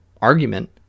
argument